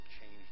change